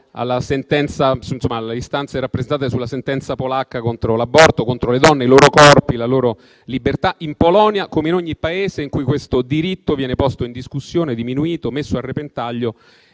dicevo che mi associo alle istanze rappresentate sulla sentenza polacca contro l’aborto, contro le donne, i loro corpi, la loro libertà in Polonia, come in ogni Paese in cui questo diritto viene posto in discussione, diminuito, messo a repentaglio